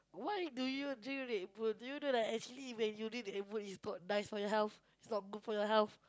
why do you drink Redbull do you don't know actually when you drink Redbull it's called die for your health it's not good for your health